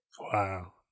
Wow